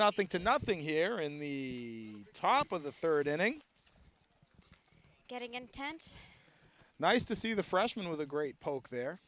nothing to nothing here in the top of the third inning getting intense nice to see the freshman with a great poke there